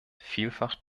vielfach